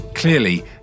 Clearly